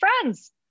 friends